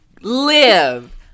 Live